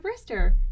Brister